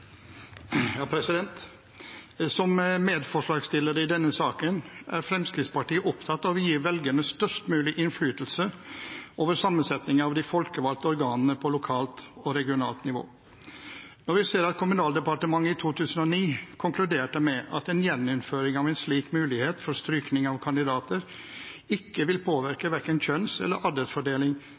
Fremskrittspartiet opptatt av å gi velgerne størst mulig innflytelse over sammensetningen av de folkevalgte organene på lokalt og regionalt nivå. Når vi ser at Kommunaldepartementet i 2009 konkluderte med at en gjeninnføring av en slik mulighet for strykning av kandidater ikke vil påvirke verken kjønns- eller